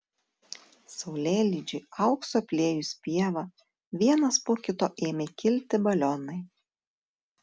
saulėlydžiui auksu apliejus pievą vienas po kito ėmė kilti balionai